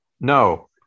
No